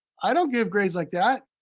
i don't give grades like that.